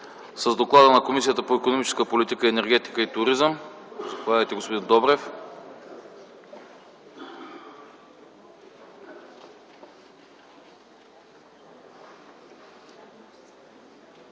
С доклада на Комисията по икономическата политика, енергетика и туризъм ще ни запознае господин Добрев.